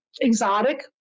exotic